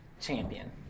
champion